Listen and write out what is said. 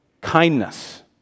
kindness